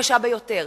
הקשה ביותר.